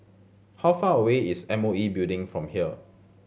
how far away is M O E Building from here